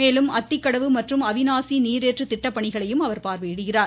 மேலும் அத்திக்கடவு மற்றும் அவிநாசி நீரேற்று திட்டப்பணிகளையும் அவர் பார்வையிடுகிறார்